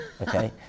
Okay